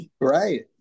Right